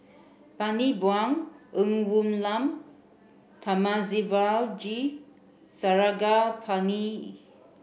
Bani Buang Ng Woon Lam Thamizhavel G Sarangapani